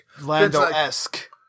Lando-esque